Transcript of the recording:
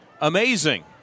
amazing